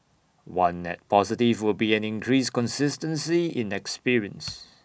one net positive will be an increased consistency in experience